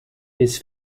his